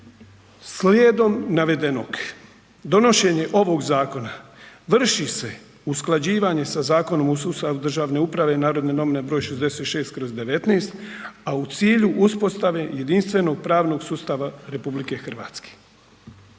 Slijedom navedenog donošenje ovog zakona vrši se usklađivanje sa Zakonom o sustavu državne uprave NN br. 66/19, a u cilju uspostave jedinstvenog pravnog sustava RH.